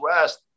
West